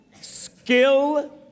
Skill